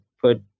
put